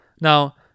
Now